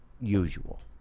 usual